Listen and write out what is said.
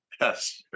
Yes